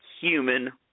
human